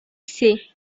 c’est